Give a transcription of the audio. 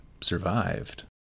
survived